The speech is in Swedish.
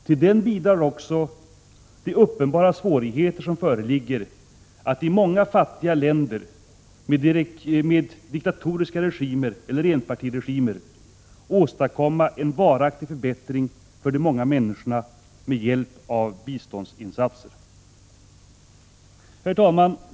Till den bidrar också de uppenbara svårigheter som föreligger att i många fattiga länder med diktatoriska regimer eller enpartiregimer åstadkomma en varaktig förbättring för de många människorna med hjälp av biståndsinsatser. Herr talman!